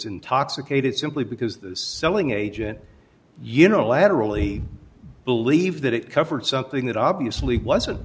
intoxicated simply because the selling agent unilaterally believe that it covered something that obviously wasn't